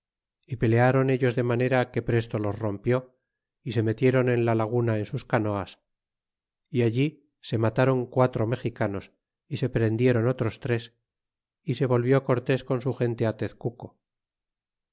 y peleiton ellos de manera que presto los rompió y se metieron en la laguna en sus canoas y allí se matron quatro mexicanos y se prendieron otros tres y se volvió cortés con su gente tezcuco